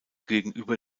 gegenüber